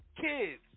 kids